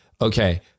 okay